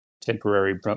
temporary